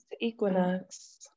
equinox